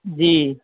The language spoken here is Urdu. جی